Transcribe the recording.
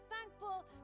thankful